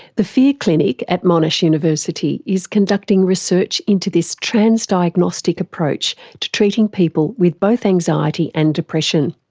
the fear clinic at monash university is conducting research into this transdiagnostic approach to treating people with both anxiety and depression.